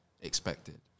expected